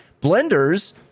Blenders